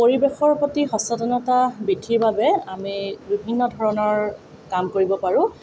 পৰিৱেশৰ প্ৰতি সচেতনতা বৃদ্ধিৰ বাবে আমি বিভিন্ন ধৰণৰ কাম কৰিব পাৰোঁ